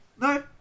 No